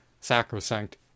sacrosanct